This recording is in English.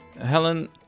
Helen